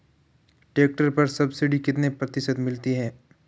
Tractor पर subsidy कितने प्रतिशत मिलती है?